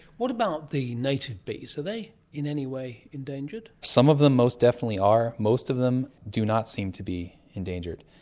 what about the native bees, are they in any way endangered? some of them most definitely are, most of them do not seem to be endangered.